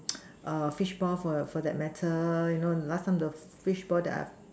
fishball for for that matter you know the last time the fishball that I've